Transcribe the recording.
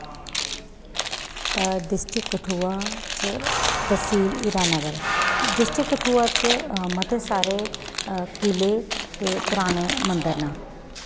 district Kathua च तसील Hiranagar district Kathua च मते सारे किले ते पराने मंदर न